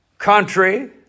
country